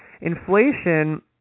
Inflation